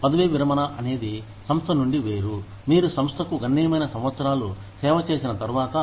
పదవీ విరమణ అనేది సంస్థ నుండి వేరు మీరు సంస్థకు గణనీయమైన సంవత్సరాలు సేవ చేసిన తర్వాత